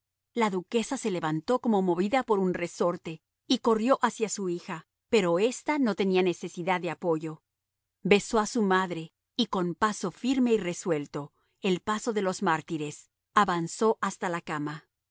la duquesa se levantó como movida por un resorte y corrió hacia su hija pero ésta no tenía necesidad de apoyo besó a su madre y con paso firme y resuelto el paso de los mártires avanzó hasta la cama